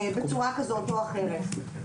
בצורה כזו או אחרת.